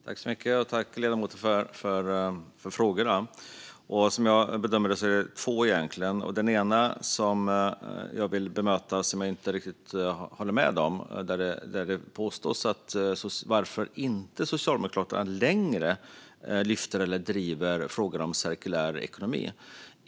Fru talman! Tack, ledamoten, för frågorna! Som jag bedömer det är det två frågor. Den ena som jag vill bemöta och som jag inte håller med om riktigt är påståendet att Socialdemokraterna inte längre lyfter eller driver frågor om cirkulär ekonomi.